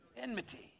Enmity